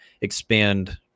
expand